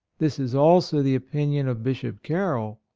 this is also the opinion of bishop carroll,